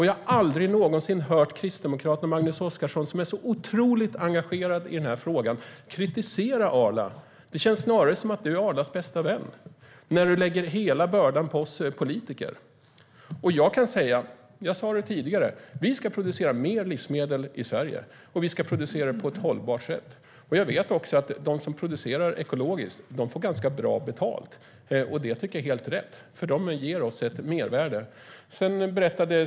Jag har aldrig någonsin hört Kristdemokraterna och Magnus Oscarsson, som är så otroligt engagerad i den här frågan, kritisera Arla. Det känns snarare som att han är Arlas bästa vän när han lägger hela bördan på oss politiker. Jag sa det tidigare: Vi ska producera mer livsmedel i Sverige, och vi ska producera det på ett hållbart sätt. Jag vet också att de som producerar ekologiskt får ganska bra betalt. Det tycker jag är helt rätt, för de ger oss ett mervärde.